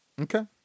Okay